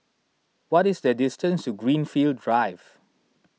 what is the distance to Greenfield Drive